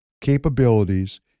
capabilities